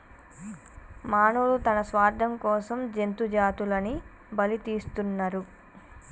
మానవులు తన స్వార్థం కోసం జంతు జాతులని బలితీస్తున్నరు